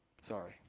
Sorry